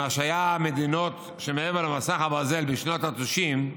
מה שהיו המדינות שמעבר למסך הברזל בשנות התשעים,